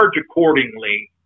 accordingly